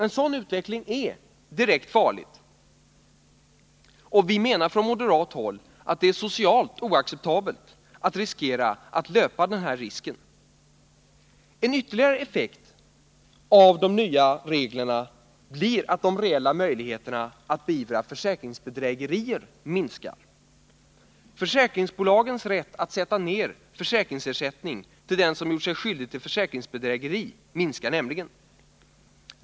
En sådan utveckling är direkt farlig, och vi menar från moderat håll att det är socialt oacceptabelt att riskera att löpa denna risk. En ytterligare effekt av de nya reglerna blir att de reella möjligheterna att beivra försäkringsbedrägerier minskar. Försäkringsbolagens rätt att sätta ner försäkringsersättningen till den som gjort sig skyldig till försäkringsbedrägeri minskar nämligen.